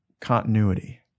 continuity